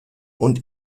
und